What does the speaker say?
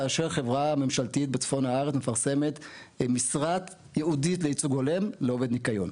חברה ממשלתית בצפון הארץ מפרסמת משרה ייעודית לייצוג הולם לעובד ניקיון.